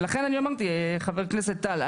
לכן אני אמרתי חבר הכנסת טל,